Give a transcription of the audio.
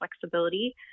flexibility